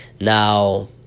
Now